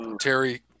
Terry